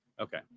okay